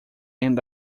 end